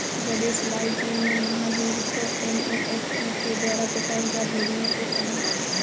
गणेश लाल जी ने महावीर को एन.ई.एफ़.टी के द्वारा पचास हजार भेजने को कहा